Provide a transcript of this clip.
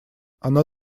оно